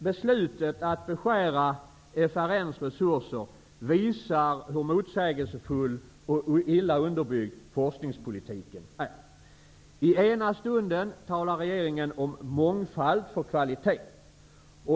Beslutet att beskära FRN:s resurser visar hur motsägelsefull och illa underbyggd forskningspolitiken är. I ena stunden talar regeringen om mångfald för kvalitet.